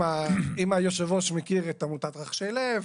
אם היו"ר מכיר את עמותת "רחשי לב",